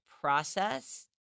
process